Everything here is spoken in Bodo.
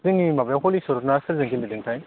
जोंनि माबायाव हलिचरना सोरजों गेलेदोंथाय